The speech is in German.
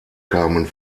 kamen